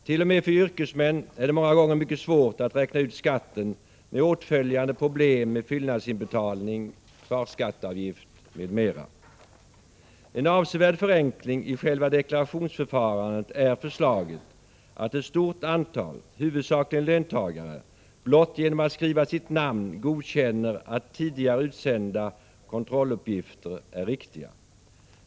T.o.m. för yrkesmän är det många gånger mycket svårt att räkna ut skatten med åtföljande problem med fyllnadsinbetalning, kvarskatteavgift m.m. En avsevärd förenkling i själva deklarationsförfarandet är förslaget att ett stort antal personer, huvudsakligen löntagare, blott genom att skriva sitt namn godkänner att tidigare utsända kontrolluppgifter är riktiga.